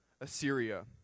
Assyria